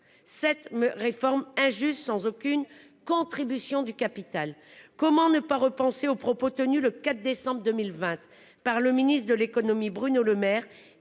cette réforme injuste sans aucune contribution du capital. Comment ne pas repenser aux propos tenus le 4 décembre 2020 par le ministre de l'économie Bruno Lemaire